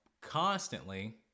constantly